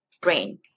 brain